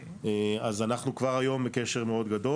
אז אנחנו כבר היום בקשר מאוד גדול